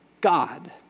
god